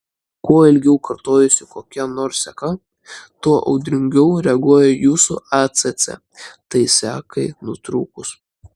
kuo ilgiau kartojasi kokia nors seka tuo audringiau reaguoja jūsų acc tai sekai nutrūkus